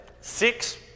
six